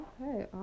Okay